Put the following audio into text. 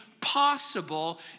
possible